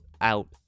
out